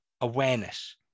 awareness